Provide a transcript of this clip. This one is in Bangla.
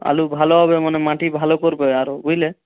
আলু ভালো হবে মানে মাটি ভালো করবে আরো বুঝলে